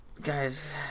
guys